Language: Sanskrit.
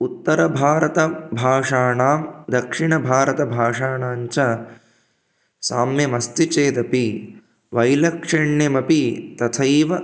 उत्तरभारतभाषाणां दक्षिणभारतभाषाणाञ्च साम्यमस्ति चेदपि वैलक्षण्यमपि तथैव